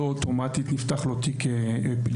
לא אוטומטית נפתח לו תיק פלילי.